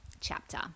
chapter